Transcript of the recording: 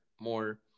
more